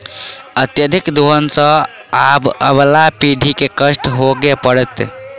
अत्यधिक दोहन सँ आबअबला पीढ़ी के कष्ट भोगय पड़तै